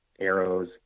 arrows